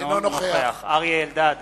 אינו נוכח אריה אלדד,